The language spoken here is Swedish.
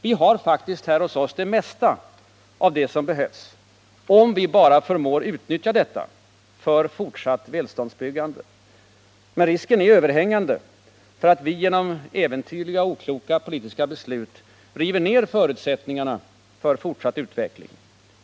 Vi har faktiskt här hos oss det mesta av det som behövs, om vi bara förmår utnyttja detta för fortsatt välståndsbyggande. Men risken är överhängande för att vi genom äventyrliga och okloka politiska beslut river ner förutsättningarna för fortsatt utveckling.